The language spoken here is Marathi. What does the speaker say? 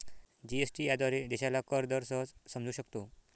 जी.एस.टी याद्वारे देशाला कर दर सहज समजू शकतो